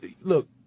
Look